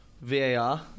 VAR